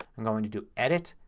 i'm going to do edit,